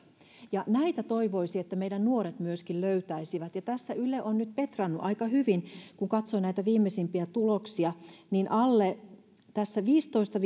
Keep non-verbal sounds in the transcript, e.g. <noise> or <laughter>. näitä toivoisi että meidän nuoret myöskin löytäisivät ja tässä yle on nyt petrannut aika hyvin kun katsoo näitä viimeisimpiä tuloksia niin tässä viisitoista <unintelligible>